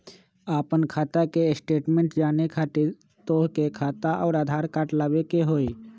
आपन खाता के स्टेटमेंट जाने खातिर तोहके खाता अऊर आधार कार्ड लबे के होइ?